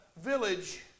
village